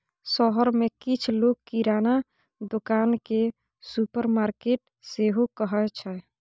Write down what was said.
शहर मे किछ लोक किराना दोकान केँ सुपरमार्केट सेहो कहै छै